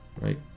right